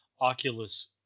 Oculus